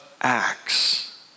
Acts